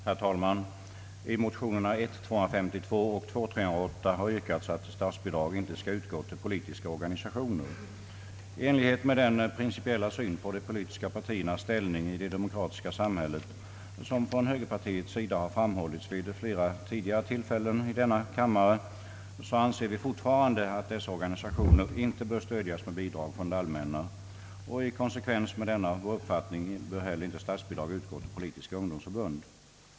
Herr talman! I motionerna I: 252 och II: 308 har yrkats att statsbidrag icke skall utgå till politiska organisationer. I enlighet med den principiella syn på de politiska partiernas ställning i det demokratiska samhället, som från högerpartiets sida framförts vid flera tidigare tillfällen i denna kammare, anser vi fortfarande att dessa organisationer inte bör stödjas med bidrag från det allmänna, I konsekvens med denna vår uppfattning bör inte heller statsbidrag utgå till politiska ungdomsförbund.